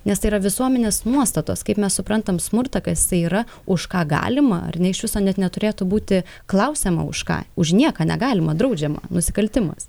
nes tai yra visuomenės nuostatos kaip mes suprantam smurtą kas jisai yra už ką galima ar ne iš viso net neturėtų būti klausiama už ką už nieką negalima draudžiama nusikaltimas